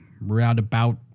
roundabout